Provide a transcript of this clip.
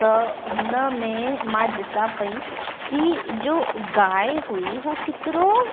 त हुन में मां ॾिसां पेई कि जो गांइ हुई उहो केतिरो